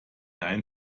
ein